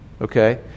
okay